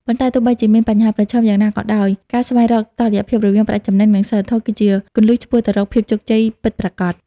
ប៉ុន្តែ ទោះបីជាមានបញ្ហាប្រឈមយ៉ាងណាក៏ដោយ ការស្វែងរកតុល្យភាពរវាងប្រាក់ចំណេញ និងសីលធម៌ គឺជាគន្លឹះឆ្ពោះទៅរកភាពជោគជ័យពិតប្រាកដ។